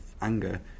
anger